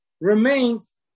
remains